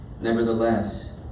Nevertheless